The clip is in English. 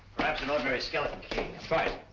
perhaps an ordinary skeleton key. try it.